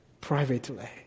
privately